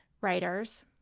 writers